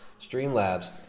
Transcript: Streamlabs